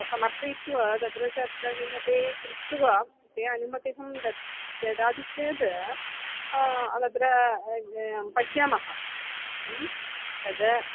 समर्पयित्वा तत्र चर्चा किमपि कृत्वा ते अनुमतिः अहं द ददामि चेत् तत्र पश्यामः तद्